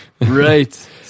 right